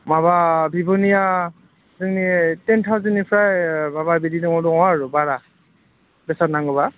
माबा भिभ'निया जोंनि टेन थाउजेन्डनिफ्राय ओ माबा बिदि दङ आरु बारा बेसां नांगौब्ला